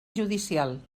judicial